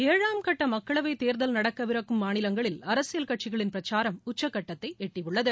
ஏழாம் கட்டமக்களவைத் தேர்தல் நடக்கவிருக்கும் மாநிலங்களில் அரசியல் கட்சிகளின் பிரச்சாரம் உச்சகட்டத்தைஎட்டியுள்ளது